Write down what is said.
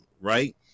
right